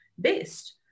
based